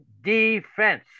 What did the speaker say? defense